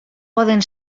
poden